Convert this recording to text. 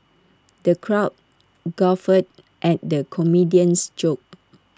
the crowd guffawed at the comedian's jokes